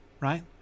right